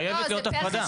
חייבת להיות הפרדה.